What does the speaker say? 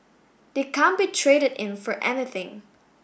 they can't be traded in for anything